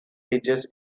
ages